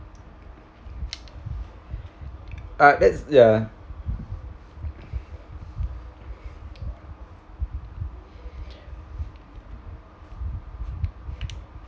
ah that's ya